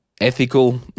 ethical